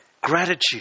Gratitude